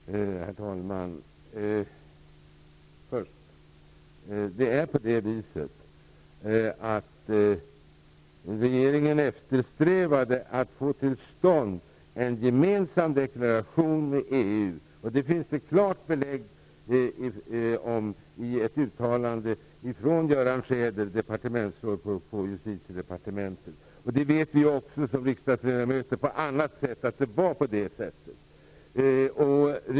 Herr talman! Det är på det viset att regeringen eftersträvade att få till stånd en gemensam deklaration med EU. Det finns det klara belägg för i ett uttalande av Göran Schäder, departementsråd på Justitiedepartementet. Vi riksdagsledamöter vet också på andra vägar att det var på det sättet.